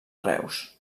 reus